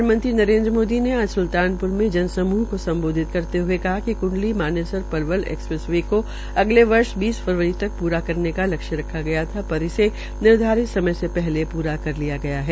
प्रधानमंत्री नरेन्द्र मोदी ने आज स्लतानप्र में जनसमूह को सम्बोधित करते हए कहा कि क्ंडली मानेसर पलवल एक्सप्रेस वे को अगले वर्ष बीस फरवरी तक पूरा करने का लक्ष्य रखा था पर इसे निर्धारित समय से पहले पूरा कर लिया गया है